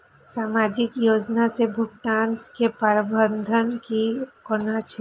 सामाजिक योजना से भुगतान के प्रावधान की कोना छै?